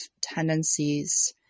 tendencies